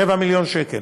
רבע מיליון שקל.